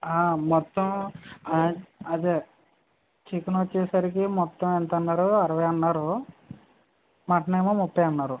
మొత్తం అదే చికెన్ వచ్చేసరికి మొత్తమంతన్నారు అరవై అన్నారు మటనేమో ముప్పై అన్నారు